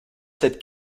cette